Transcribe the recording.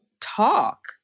talk